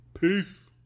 Peace